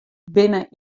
binne